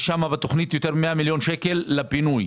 יש בתוכנית יותר מ-100 מיליון שקל לבינוי.